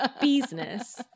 business